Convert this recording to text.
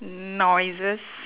noises